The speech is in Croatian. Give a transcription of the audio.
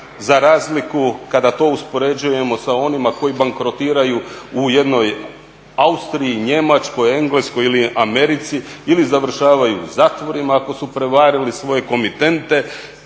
za razliku kada to uspoređujemo sa onima koji bankrotiraju u jednoj Austriji, Njemačkoj, Engleskoj ili Americi, ili završavaju u zatvorima ako su prevarili svoje komitente